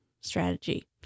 strategy